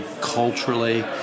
culturally